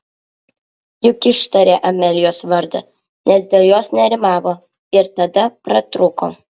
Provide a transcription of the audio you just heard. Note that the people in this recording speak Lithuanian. juk ištarė amelijos vardą nes dėl jos nerimavo ir tada pratrūko